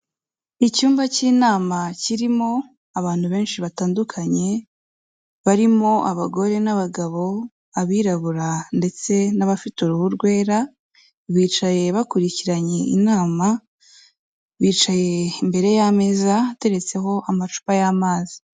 Icyumba cy'inama kirimo abantu benshi batandukanye barimo abagore n'abagabo, abirabura ndetse n'abafite uruhu rwera, bicaye bakurikiranye inama, bicaye imbere y'ameza ateretseho amacupa y'amazi.